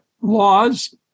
laws